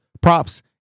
props